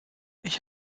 ich